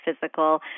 physical